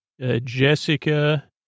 Jessica